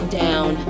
down